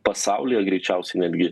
pasaulyje greičiausiai netgi